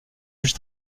juge